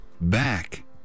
back